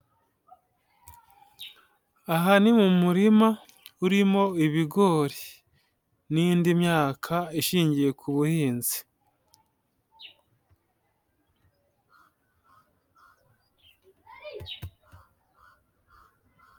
Aha ni mu murima urimo ibigori, n'indi myaka ishingiye ku buhinzi.